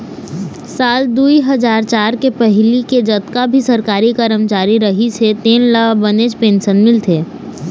साल दुई हजार चार के पहिली के जतका भी सरकारी करमचारी रहिस हे तेन ल बनेच पेंशन मिलथे